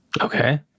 okay